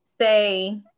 say